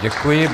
Děkuji.